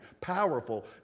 powerful